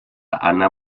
anna